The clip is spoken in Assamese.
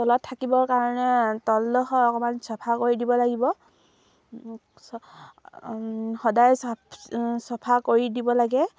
তলত থাকিবৰ কাৰণে তল অকমান চফা কৰি দিব লাগিব সদায় চাফ চফা কৰি দিব লাগে